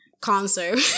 concert